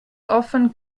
often